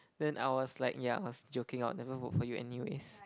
then I was like yeah I was joking I would never vote for you anyways